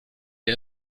der